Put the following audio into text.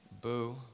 Boo